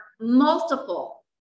multiple